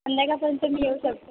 संध्याकाळपर्यंत मी येऊ शकतो